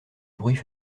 bruits